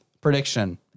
prediction